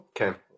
Okay